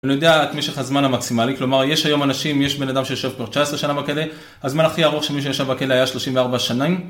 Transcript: אני יודע את משך הזמן המקסימלי, כלומר יש היום אנשים, יש בן אדם שיושב כבר 19 שנה בכלא, הזמן הכי ארוך שמישהו ישב בכלא היה 34 שנים.